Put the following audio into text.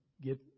get